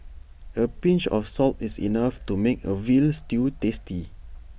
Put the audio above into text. A pinch of salt is enough to make A Veal Stew tasty